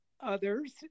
others